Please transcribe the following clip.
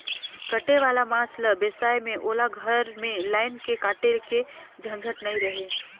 कटे वाला मांस ल बेसाए में ओला घर में लायन के काटे के झंझट नइ रहें